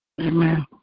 Amen